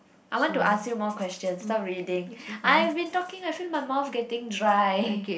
I want to ask you more questions stop reading I've been talking I feel my mouth getting dry